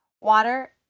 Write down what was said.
water